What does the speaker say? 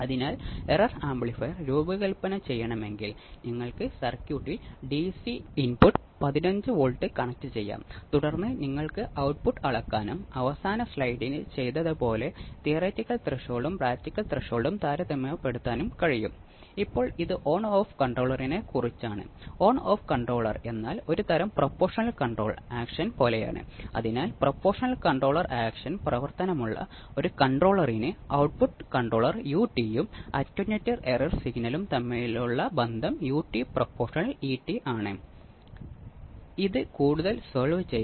അതിനാൽ നൂറ്റി എൺപത് ഡിഗ്രി ഫേസ് ഷിഫ്റ്റോ ഇൻപുട്ടിനൊപ്പം ഫേസിലോ ഉള്ള ഔട്ട്പുട്ട് വോൾട്ടേജ് പ്രയോഗിക്കുകയാണെങ്കിൽ ഇൻപുട്ടിനുള്ള എന്റെ ഫീഡ്ബാക്ക് വീണ്ടും 0 ഡിഗ്രി ആയിരിക്കും കാരണം നൂറ്റി എൺപത് പ്ലസ് നൂറ്റി എൺപത് ഇത് ഇവിടെ നിന്ന് അറുപതു ഇവിടെ നിന്ന് അറുപതു അറുപതു ഇവിടെ നിന്ന്